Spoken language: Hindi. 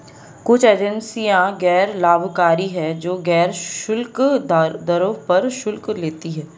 कुछ एजेंसियां गैर लाभकारी हैं, जो गैर शुल्क दरों पर शुल्क लेती हैं